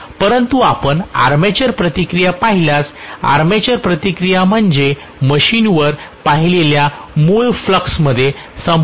परंतु आपण आर्मेचर प्रतिक्रिया पाहिल्यास आर्मेचर प्रतिक्रिया म्हणजे मशीनवर पाहिलेल्या मूळ फ्लूक्स मध्ये संपूर्णपणे खरोखर विकृत होते